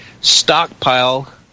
stockpile